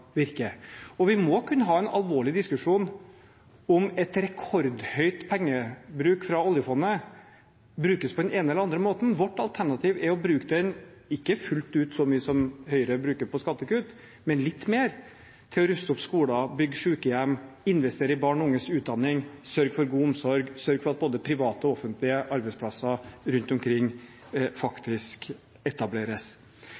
virker? Vi må kunne ha en alvorlig diskusjon om en rekordhøy pengebruk fra oljefondet brukes på den ene eller andre måten. Vårt alternativ er å bruke oljepengene – ikke fullt ut så mye som Høyre bruker på skattekutt – litt mer til å ruste opp skoler, bygge sykehjem, investere i barn og unges utdanning, sørge for god omsorg, sørge for at både private og offentlige arbeidsplasser rundt omkring